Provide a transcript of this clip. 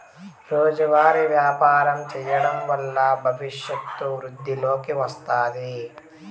రోజువారీ వ్యాపారం చేయడం వల్ల భవిష్యత్తు వృద్ధిలోకి వస్తాది